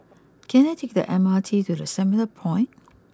can I take the M R T to the Centrepoint